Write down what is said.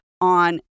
on